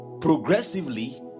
progressively